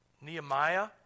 Nehemiah